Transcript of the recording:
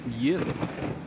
Yes